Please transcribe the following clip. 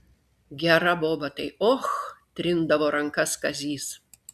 gera boba tai och trindavo rankas kazys